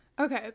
Okay